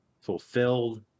fulfilled